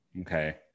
Okay